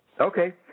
Okay